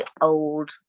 old